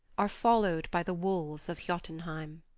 are followed by the wolves of jotunheim.